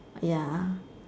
ya